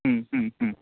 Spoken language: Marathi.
हं हं हं